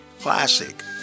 classic